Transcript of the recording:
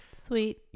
Sweet